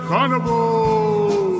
Carnival